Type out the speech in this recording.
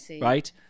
right